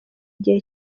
gihe